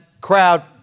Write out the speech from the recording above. crowd